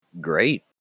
Great